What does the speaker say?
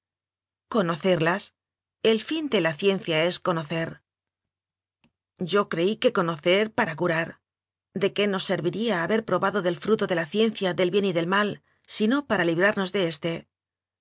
conocerlas el fin de la ciencia es co nocer yo creí que conocer para curar de qué nos serviría haber probado del fruto de la ciencia del bien y del mal si no era para li brarnos de éste